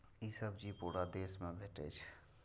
ई सब्जी पूरा देश मे भेटै छै